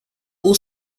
all